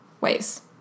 ways